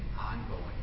ongoing